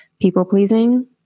people-pleasing